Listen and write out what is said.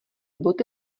boty